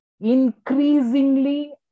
increasingly